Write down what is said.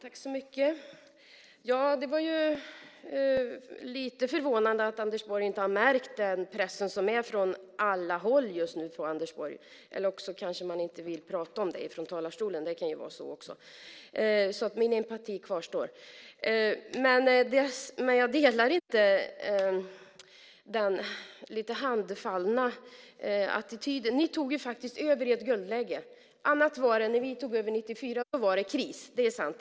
Herr talman! Det är lite förvånande att Anders Borg inte har märkt den press som är från alla håll på Anders Borg just nu. Eller man vill kanske inte prata om det från talarstolen. Det kan också vara så. Därför kvarstår min empati. Men jag delar inte den lite handfallna attityden. Ni tog faktiskt över i ett guldläge. Annat var det när vi tog över 1994. Då var det kris. Det är sant.